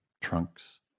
trunks